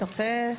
אתה רוצה?